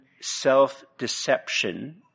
self-deception